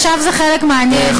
עכשיו זה חלק מהעניין,